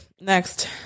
next